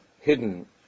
hidden